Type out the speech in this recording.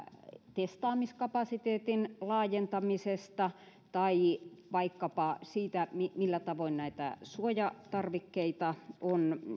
testaamiskapasiteetin laajentamisesta tai vaikkapa siitä millä tavoin näitä suojatarvikkeita on